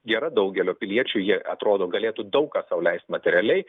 gera daugelio piliečių jie atrodo galėtų daug ką sau leist materialiai